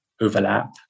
overlap